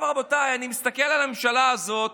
רבותיי, אני מסתכל על הממשלה הזאת